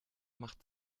macht